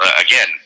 again